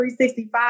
365